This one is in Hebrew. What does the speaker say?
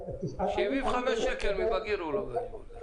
75 שקל מבגיר הוא לובש.